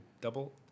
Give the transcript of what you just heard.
double